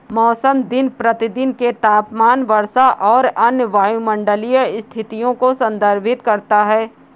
मौसम दिन प्रतिदिन के तापमान, वर्षा और अन्य वायुमंडलीय स्थितियों को संदर्भित करता है